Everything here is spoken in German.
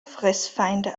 fressfeinde